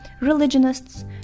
religionists